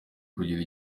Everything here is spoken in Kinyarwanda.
kugira